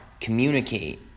communicate